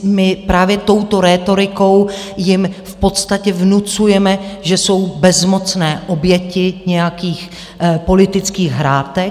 My právě touto rétorikou jim v podstatě vnucujeme, že jsou bezmocné oběti nějakých politických hrátek.